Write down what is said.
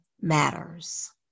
matters